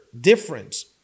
difference